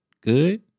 good